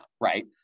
right